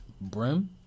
Brim